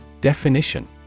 Definition